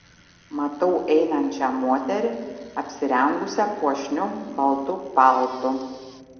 matau einančią moterį apsirengusią puošniu baltu paltu